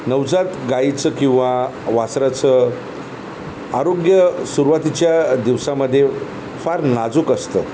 नवजात गाईचं किंवा वासराचं आरोग्य सुरवातीच्या दिवसामध्ये फार नाजूक असतं